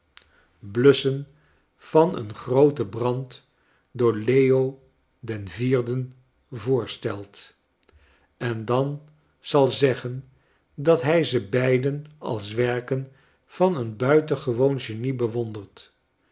blusschen van een grooten brand door leo den vierden voorstelt en dan zal zeggen dat hij ze beiden als werken van een buitengewoon genie bewondert